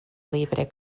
libre